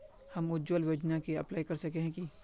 हम उज्वल योजना के अप्लाई कर सके है की?